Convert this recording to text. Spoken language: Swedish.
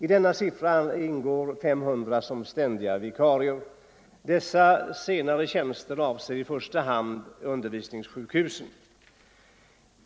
I denna siffra ingår 500 ständiga vikarier. Dessa senare tjänster avser i första hand undervisningssjukhusen.